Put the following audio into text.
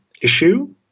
issue